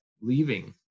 leaving